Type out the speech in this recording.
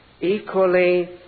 equally